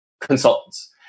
consultants